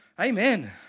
Amen